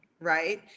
right